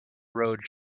road